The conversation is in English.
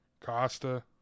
Costa